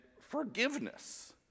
forgiveness